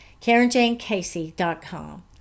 KarenJaneCasey.com